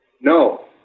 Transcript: No